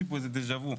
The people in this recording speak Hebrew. יש לי פה איזה דה ז'ה וו.